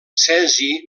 cesi